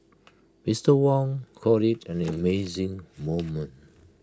Mister Wong called IT an amazing moment